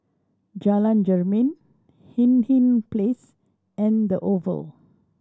Jalan Jermin Hindhede Place and The Oval